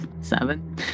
Seven